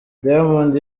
diamond